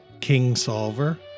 Kingsolver